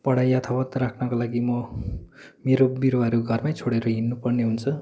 पढाई यथावत राख्नको लागि म मेरो बिरुवाहरू घरमै छोडेर हिँड्नुपर्ने हुन्छ